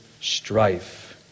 strife